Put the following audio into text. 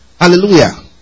Hallelujah